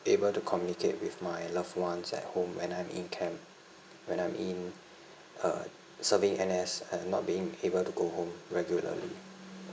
able to communicate with my loved ones at home when I'm in camp when I'm in uh serving N_S and not being able to go home regularly